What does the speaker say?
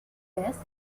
death